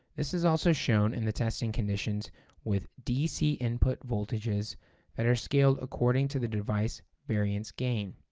this is also shown in the testing conditions with dc input voltages that are scaled according to the device variance gain.